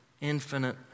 infinite